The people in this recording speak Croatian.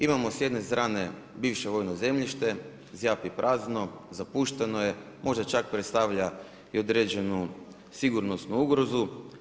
Imamo s jedne strane bivše vojno zemljište zjapi prazno, zapušteno je, možda čak predstavlja i određenu sigurnosnu ugrozu.